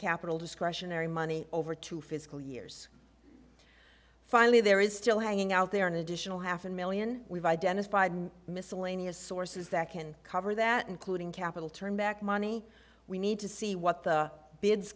capital discretionary money over two fiscal years finally there is still hanging out there an additional half a million we've identified miscellaneous sources that can cover that including capital turn back money we need to see what the bids